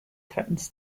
threatens